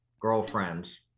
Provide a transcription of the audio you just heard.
girlfriends